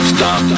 Stop